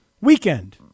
Weekend